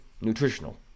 nutritional